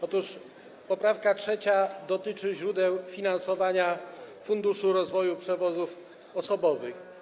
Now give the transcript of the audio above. Otóż poprawka 3. dotyczy źródeł finansowania funduszu rozwoju przewozów osobowych.